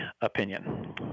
opinion